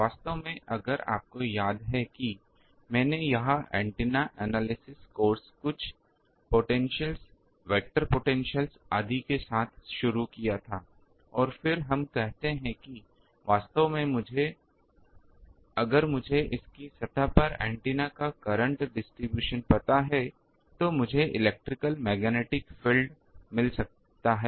वास्तव में अगर आपको याद है कि मैंने यह ऐन्टेना विश्लेषण कोर्स पहले कुछ पोटेंशिअल्स वेक्टर पोटेंशिअल्स आदि के साथ शुरू किया था और फिर हम कहते हैं कि वास्तव में अगर मुझे इसकी सतह पर ऐन्टेना का करंट वितरण पता है तो मुझे इलेक्ट्रिकल मैग्नेटिक फील्ड मिल सकता है